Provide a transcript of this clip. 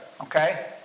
okay